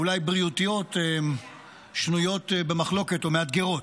אולי בריאותיות שנויות במחלוקת או מאתגרות.